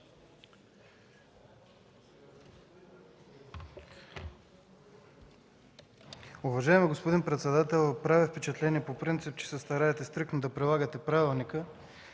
Уважаеми господин председател, прави впечатление по принцип, че се стараете стриктно да прилагате правилника.